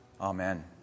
Amen